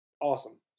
awesome